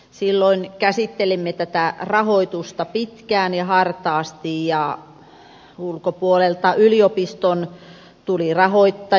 silloin käsittelimme tätä rahoitusta pitkään ja hartaasti ja ulkopuolelta yliopiston tuli rahoittajia